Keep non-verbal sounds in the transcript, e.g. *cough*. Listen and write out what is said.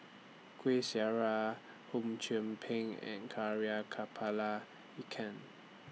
Kueh Syara Hum Chim Peng and *unintelligible* Kepala Ikan